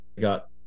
got